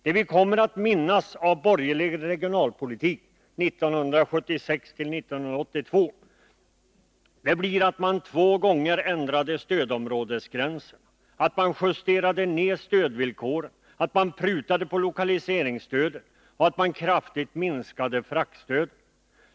Det vi kommer att minnas av borgerlig regionalpolitik 1976-1982 blir att man två gånger ändrade stödområdesgränserna, att man justerade ned stödvillkoren, att man prutade på lokaliseringsstödet och att man kraftigt minskade fraktstödet.